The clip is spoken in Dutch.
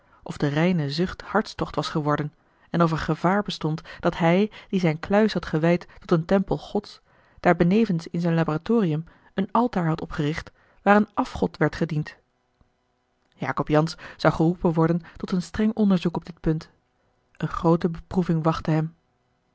of de reine zucht hartstocht was geworden en of er gevaar bestond dat hij die zijne kluis had gewijd tot een tempel ods daar benevens in zijn laboratorium een altaar had opgericht waar een afgod werd gediend jacob jansz zou geroepen worden tot een streng onderzoek op dit punt eene groote beproeving wachtte hem